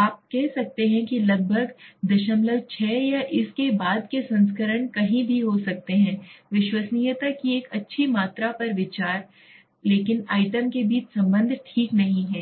आप कह सकते हैं कि लगभग 06 या इसके बाद के संस्करण कहीं भी हो सकते हैं विश्वसनीयता की एक अच्छी मात्रा पर विचार लेकिन आइटम के बीच संबंध ठीक नहीं है